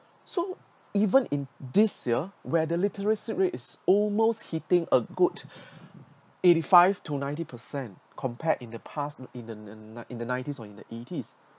so even in this year where the literacy rate is almost hitting a good eighty five to ninety percent compared in the past in the in the nen~ nen~ in the nineties or in the eighties